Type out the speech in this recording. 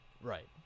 Right